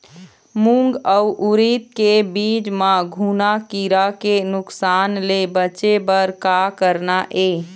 मूंग अउ उरीद के बीज म घुना किरा के नुकसान ले बचे बर का करना ये?